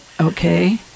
Okay